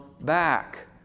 back